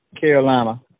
Carolina